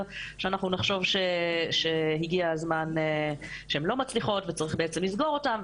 שאנחנו נחשוב שהן לא מצליחות וצריך לסגור אותן,